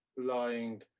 lying